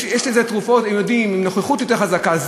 יש לזה תרופות, עם נוכחות יותר חזקה.